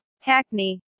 Hackney